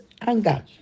anger